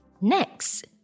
Next